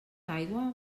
aigua